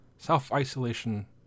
Self-isolation